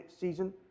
season